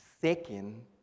second